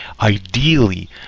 ideally